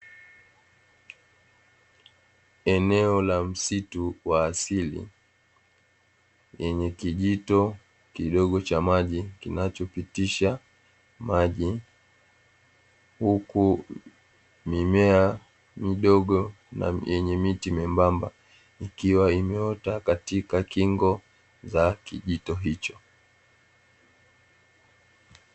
Eneo la msitu wa asili lenye kijito kidogo cha maji kinachopitisha maji, huku mimea midogo yenye miti miembamba ikiwa imeota katika kingo za kijito hicho.